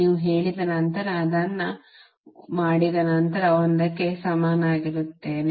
ನೀವು ಹೇಳಿದ ನಂತರ ಅದನ್ನು 1 ಮಾಡಿದ ನಂತರ 1 ಕ್ಕೆ ಸಮನಾಗಿರುತ್ತೇನೆ